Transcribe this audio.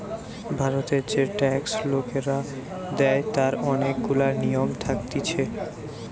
ভারতের যে ট্যাক্স লোকরা দেয় তার অনেক গুলা নিয়ম থাকতিছে